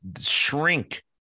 shrink